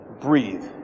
Breathe